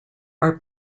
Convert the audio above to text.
are